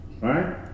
right